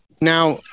Now